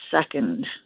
second